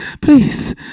please